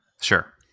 Sure